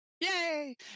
Yay